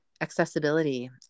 accessibility